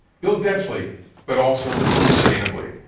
build densely but also sustainably.